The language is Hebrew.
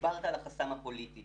דיברת על החסם הפוליטי